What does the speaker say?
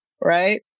right